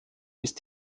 ist